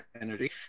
energy